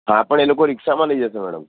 હા પણ એ લોકો રિક્ષામાં લઈ જશે મેડમ